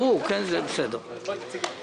על הדיור